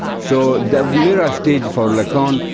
so the mirror ah stage for lacan,